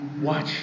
Watch